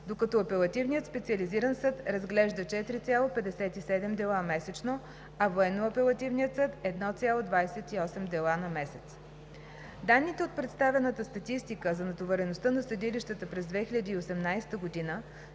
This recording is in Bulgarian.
докато Апелативният специализиран съд разглежда 4,57 дела месечно, а Военно апелативният съд 1,28 дела месечно. Данните от представената статистика за натовареността на съдилищата през 2018 г.